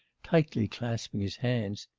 tightly clasping his hands.